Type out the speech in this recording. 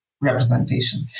representation